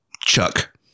Chuck